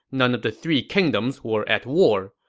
none of the three kingdoms were at war.